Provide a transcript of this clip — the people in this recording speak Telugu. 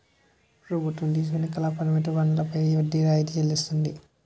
ప్రభుత్వం తీసుకుని కాల పరిమిత బండ్లపై వడ్డీ రాయితీ చెల్లిస్తుంది